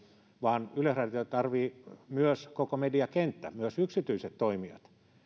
vaan yleisradiota tarvitsee myös koko mediakenttä myös yksityiset toimijat